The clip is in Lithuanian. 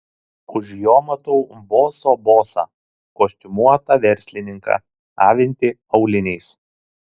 už jo matau boso bosą kostiumuotą verslininką avintį auliniais